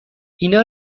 اینا